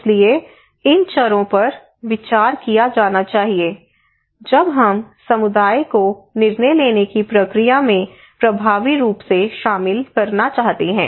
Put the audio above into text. इसलिए इन चरों पर विचार किया जाना चाहिए जब हम समुदाय को निर्णय लेने की प्रक्रिया में प्रभावी रूप से शामिल करना चाहते हैं